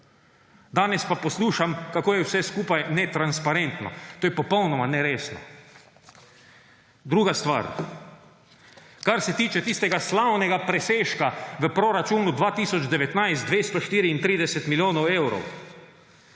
Danes pa poslušam, kako je vse skupaj netransparentno. To je popolnoma neresno. Druga stvar. Kar se tiče tistega slavnega presežka v proračunu 2019 234 milijonov evrov.